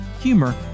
humor